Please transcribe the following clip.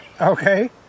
Okay